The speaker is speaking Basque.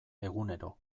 egunero